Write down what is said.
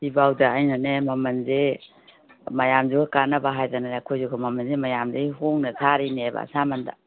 ꯁꯤ ꯐꯥꯎꯗ ꯑꯩꯅꯅꯦ ꯃꯃꯟꯁꯦ ꯃꯌꯥꯝꯁꯨ ꯀꯥꯟꯅꯕ ꯍꯥꯏꯗꯅꯅꯦ ꯑꯩꯈꯣꯏꯁꯦ ꯃꯃꯟꯁꯦ ꯃꯌꯥꯝꯗꯒꯤ ꯍꯣꯡꯅ ꯊꯥꯔꯤꯅꯦꯕ ꯑꯁꯥꯃꯟꯗ